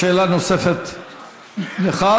שאלה נוספת לך,